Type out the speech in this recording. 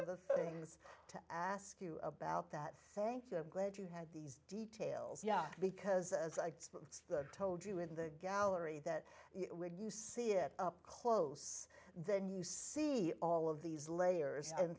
other things to ask you about that thank you glad you had these details yeah because as i told you in the gallery that when you see it up close then you see all of these layers and